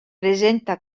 presenta